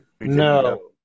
No